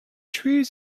search